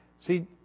See